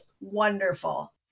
wonderful